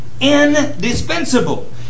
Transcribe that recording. indispensable